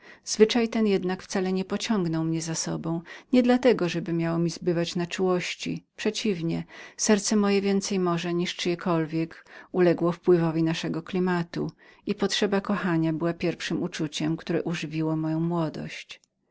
zwyczaj ten jednak wcale nie pociągnął mnie za sobą nie dla tego żeby miało mi zbywać na czułości przeciwnie serce moje więcej może jak czyje inne uległo wpływowi naszego klimatu i potrzeba kochania była pierwszem uczuciem które ożywiło moją młodość